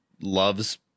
loves